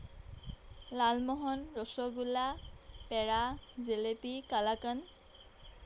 Lalmohan rasgulla peda jalebi kalakand